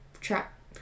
trap